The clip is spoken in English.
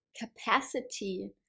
capacity